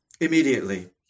immediately